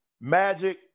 Magic